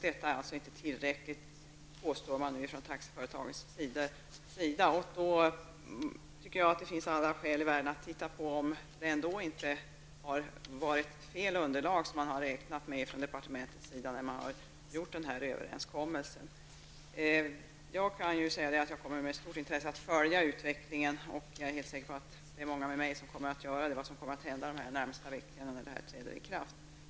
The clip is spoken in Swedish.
Detta är alltså inte tillräckligt, påstår man nu från taxiföretagens sida. Då tycker jag att det finns alla skäl i världen att titta på om man inte från departementets sida har räknat på fel underlag när man har gjort den här överenskommelsen. Jag kan säga att jag med stort intresse kommer att följa utvecklingen, och jag är helt säker på att många med mig kommer att göra det under de närmaste veckorna, när det här träder i kraft.